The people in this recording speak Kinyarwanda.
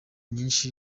nyinshi